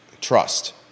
trust